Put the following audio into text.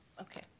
Okay